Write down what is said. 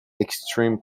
extreme